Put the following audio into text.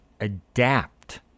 adapt